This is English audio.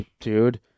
Dude